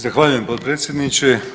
Zahvaljujem potpredsjedniče.